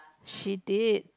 she did